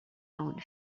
اون